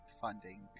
funding